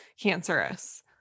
cancerous